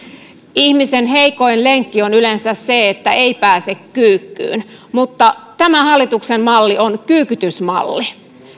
ihmisen heikoin lenkki on yleensä se että ei pääse kyykkyyn mutta tämä hallituksen malli on kyykytysmalli